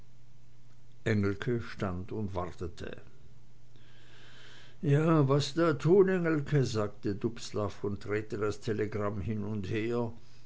engelke stand und wartete ja was da tun engelke sagte dubslav und drehte das telegramm hin und her